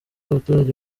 abaturage